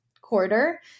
quarter